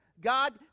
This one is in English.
God